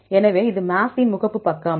எனவே இது MAFFT ன் முகப்பு பக்கம்